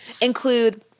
include